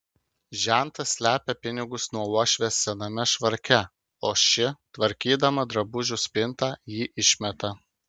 žentas slepia pinigus nuo uošvės sename švarke o ši tvarkydama drabužių spintą jį išmeta